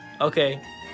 Okay